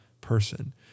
person